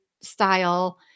style